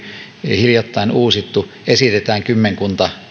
hiljattain uusittu esitetään kymmenkunta